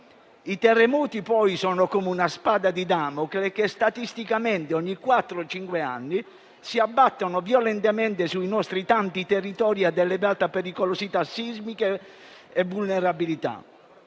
I terremoti poi sono come una spada di Damocle che statisticamente ogni quattro o cinque anni si abbattono violentemente sui nostri tanti territori a elevata pericolosità sismica e vulnerabilità.